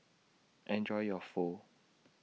Enjoy your Pho